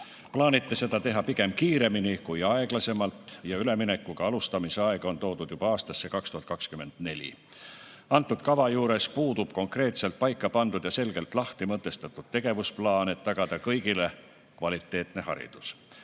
Plaanite seda teha pigem kiiremini kui aeglasemalt ja üleminekuga alustamisaeg on toodud juba aastasse 2024. Antud kava juures puudub konkreetselt paika pandud ja selgelt lahti mõtestatud tegevusplaan, et tagada kõigile kvaliteetne haridus.